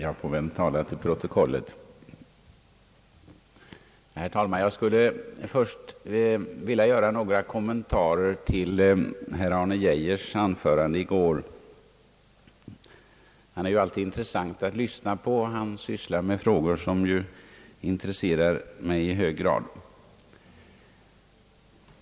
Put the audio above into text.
Herr talman! Jag skulle först vilja göra några kommentarer till herr Arne Geijers anförande i går. Han är ju alltid intressant att lyssna på, och han sysslar med frågor som intresserar mig i hög grad.